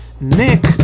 Nick